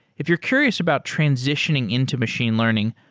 if you're curious about transitioning into machine learning,